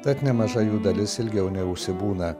tad nemaža jų dalis ilgiau neužsibūna